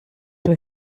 were